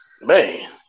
man